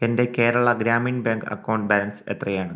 എൻ്റെ Kerala Gramin bank account balance എത്രയാണ്